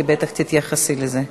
כי בטח תתייחסי לזה.